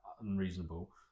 unreasonable